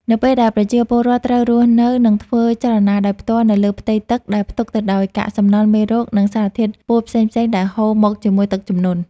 នៅពេលដែលប្រជាពលរដ្ឋត្រូវរស់នៅ និងធ្វើចលនាដោយផ្ទាល់នៅលើផ្ទៃទឹកដែលផ្ទុកទៅដោយកាកសំណល់ មេរោគ និងសារធាតុពុលផ្សេងៗដែលហូរមកជាមួយទឹកជំនន់។